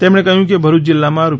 તેમણે કહ્યું કે ભરૂચ જિલ્લામાં રૂ